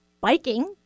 Biking